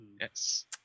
yes